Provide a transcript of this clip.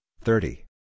thirty